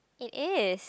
it is